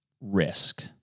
risk